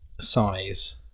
Size